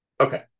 okay